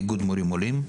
איגוד מורים עולים.